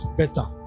better